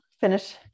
finish